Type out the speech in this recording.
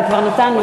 אבל כבר נתנו,